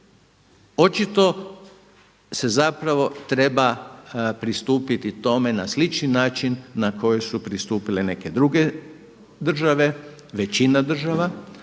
Očito se zapravo treba pristupiti tome na slični način na koji su pristupile neke druge države, većina država